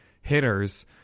hitters